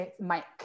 Mike